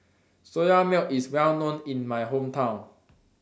Soya Milk IS Well known in My Hometown